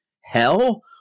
hell